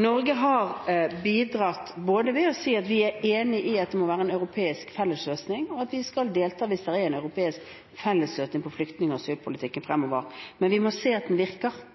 Norge har bidratt ved å si både at vi er enig i at det må være en europeisk fellesløsning, og at vi skal delta hvis det er en europeisk fellesløsning på flyktning- og asylpolitikken fremover. Men vi må se at den virker,